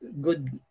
good